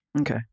Okay